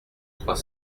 trois